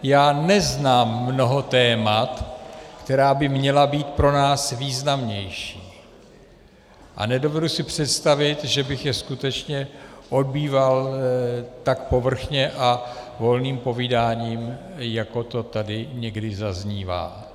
Já neznám mnoho témat, která by měla být pro nás významnější, a nedovedu si představit, že bych je skutečně odbýval tak povrchně a volným povídáním, jako to tady někdy zaznívá.